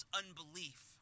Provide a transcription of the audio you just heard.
unbelief